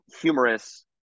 humorous